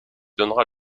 donnera